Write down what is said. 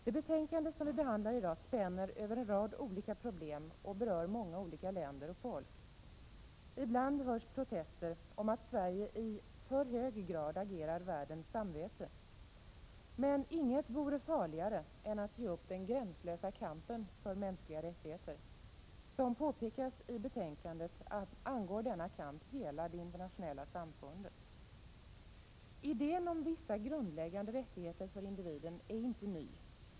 Det betänkande som vi behandlar i dag spänner över en rad olika problem och berör många olika länder och folk. Ibland hörs protester om att Sverige i för hög grad agerar världens samvete. Men inget vore farligare än att ge upp den gränslösa kampen för mänskliga rättigheter. Som påpekas i betänkandet angår denna kamp hela det internationella samfundet. Idén om vissa grundläggande rättigheter för individen är inte ny.